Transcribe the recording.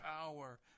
power